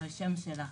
על השם שלה.